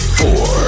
four